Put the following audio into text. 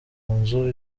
nzu